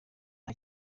nta